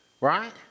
right